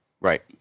Right